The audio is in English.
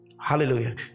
hallelujah